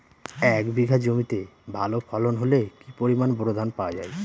এক বিঘা জমিতে ভালো ফলন হলে কি পরিমাণ বোরো ধান পাওয়া যায়?